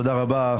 תודה רבה.